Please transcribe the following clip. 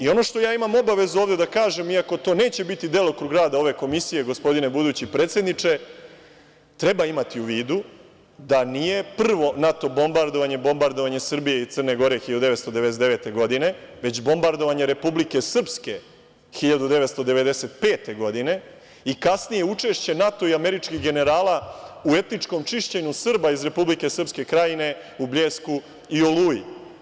Ono što ja imam obavezu ovde da kažem, iako to neće biti delokrug rada ove komisije, gospodine budući predsedniče, treba imati u vidu da nije prvo NATO bombardovanje bombardovanje Srbije i Crne Gore 1999. godine, već bombardovanje Republike Srpske 1995. godine i kasnije učešće NATO i američkih generala u etničkom čišćenju Srba iz Republike Srpske Krajine u „Bljesku“ i „Oluji“